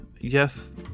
Yes